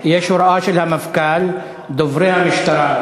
יש הוראה של המפכ"ל לדוברי המשטרה.